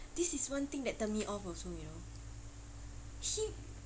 this is one thing that turned me off also you know he